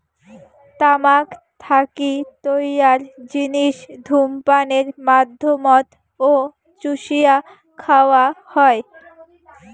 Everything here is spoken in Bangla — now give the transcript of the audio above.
তামাক থাকি তৈয়ার জিনিস ধূমপানের মাধ্যমত ও চুষিয়া খাওয়া হয়